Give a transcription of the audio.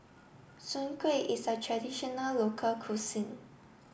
Soon Kuih is a traditional local cuisine